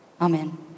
amen